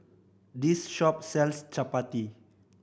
this shop sells Chapati